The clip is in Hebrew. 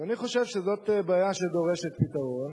אני חושב שזאת בעיה שדורשת פתרון,